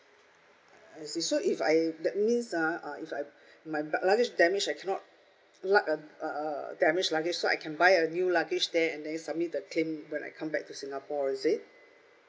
I see so if I that means ha uh if I my ba~ luggage damage I cannot lug uh uh uh damage luggage so I can buy a new luggage there and then submit the claim when I come back to singapore is it